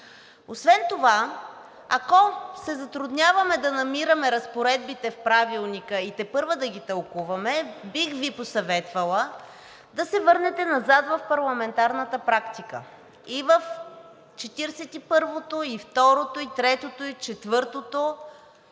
Освен това, ако се затрудняваме да намираме разпоредбите в Правилника и тепърва да ги тълкуваме, бих Ви посъветвала да се върнете назад в парламентарната практика. И в Четиридесет и първото, и второто,